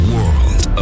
World